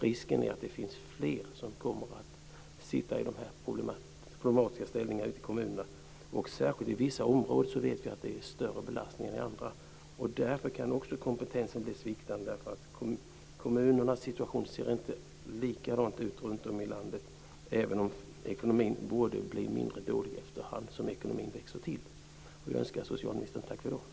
Risken är att det finns fler som kommer att få handlägga dessa problemställningar i kommunerna. Vi vet att det är större belastning i vissa områden. Därför kan kompetensen svikta eftersom situationen i kommunerna inte ser likadan ut runtom i landet - även om kommunernas ekonomi borde bli mindre dålig efterhand som ekonomin växer till. Jag önskar socialministern tack för i dag.